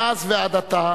מאז ועד עתה